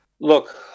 Look